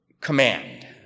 command